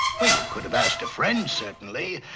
well, you could've asked a friend, certainly.